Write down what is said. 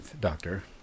Doctor